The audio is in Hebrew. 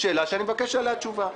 שאלה שאני מבקש עליה תשובה.